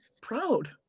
proud